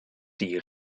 die